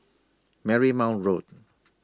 Marymount Road